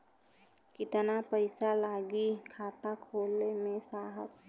कितना पइसा लागि खाता खोले में साहब?